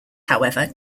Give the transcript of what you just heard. however